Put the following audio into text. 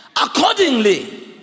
accordingly